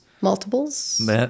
Multiples